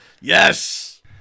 Yes